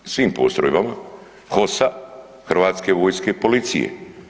U svim postrojbama HOS-a, Hrvatske vojske, policije.